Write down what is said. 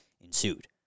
ensued